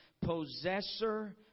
possessor